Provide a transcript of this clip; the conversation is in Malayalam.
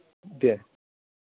ധ്യ